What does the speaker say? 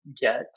get